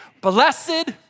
blessed